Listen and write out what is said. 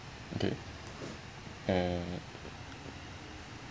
okay uh